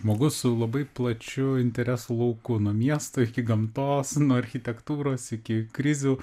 žmogus su labai plačiu interesų lauku nuo miesto iki gamtos nuo architektūros iki krizių